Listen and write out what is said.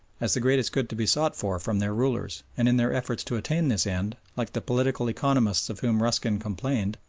as the greatest good to be sought for from their rulers and in their efforts to attain this end, like the political economists of whom ruskin complained,